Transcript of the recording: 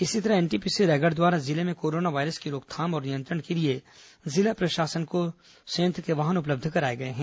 इसी तरह एनटीपीसी रायगढ़ द्वारा जिले में कोरोना वायरस की रोकथाम और नियंत्रण के लिए जिला प्रशासन को संयंत्र के वाहन उपलब्ध कराए गए हैं